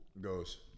goes